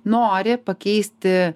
nori pakeisti